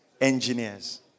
Engineers